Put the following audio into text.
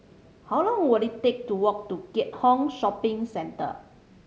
how long will it take to walk to Keat Hong Shopping Centre